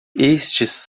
estes